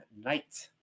night